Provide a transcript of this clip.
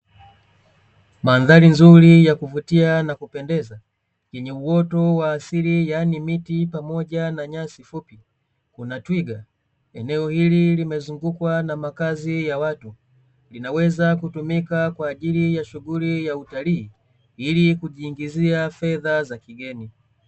Mandhari nzuri ya kuvutia na kupendeza, yenye uoto wa asili, yaani miti pamoja na nyasi fupi, kuna twiga. Eneo hili limezungukwa na makazi ya watu, linaweza kutumika kwaajili ya shuguli ya utalii ili kujiingizia fedha za kigeni.